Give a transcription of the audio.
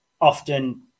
often